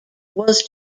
was